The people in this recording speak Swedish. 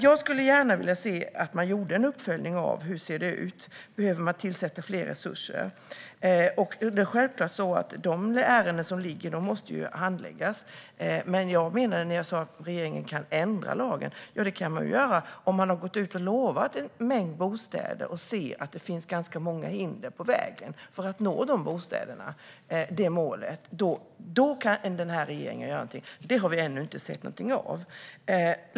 Jag skulle gärna vilja se en uppföljning av hur det ser ut, om fler resurser behöver tillsättas. De ärenden som ligger måste självklart handläggas. Men vad jag menade med att regeringen kan ändra lagen är att regeringen kan göra det om man har lovat en mängd bostäder och ser att det finns många hinder på vägen för att nå fram till målet om bostäderna. Då kan regeringen göra något. Det har vi ännu inte sett något av.